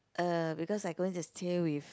uh because I'm going to stay with